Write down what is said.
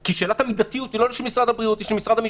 כי שאלת המידתיות היא לא של משרד הבריאות אלא של משרד המשפטים.